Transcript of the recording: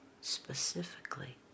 specifically